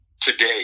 today